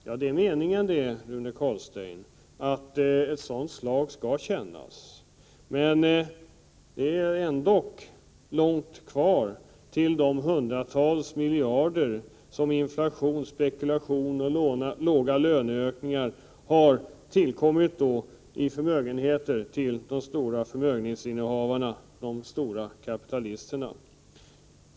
Ja, det är meningen, Rune Carlstein, att ett sådant slag skall kännas. Men det är ändock långt kvar till de hundratals miljarder i förmögenhet som inflation, spekulation och låga löneökningar tillfört de stora förmögenhetsinnehavarna, de stora kapitalisterna.